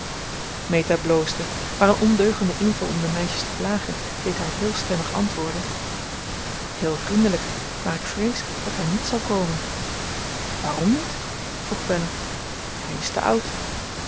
bloosde maar een ondeugende inval om de meisjes te plagen deed haar heel stemmig antwoorden heel vriendelijk maar ik vrees dat hij niet zal komen waarom niet vroeg belle hij is te oud